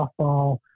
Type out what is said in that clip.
softball